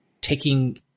taking